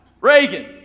Reagan